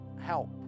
help